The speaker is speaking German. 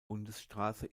bundesstraße